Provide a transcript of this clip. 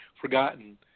forgotten